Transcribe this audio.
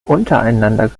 untereinander